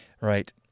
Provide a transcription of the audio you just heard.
Right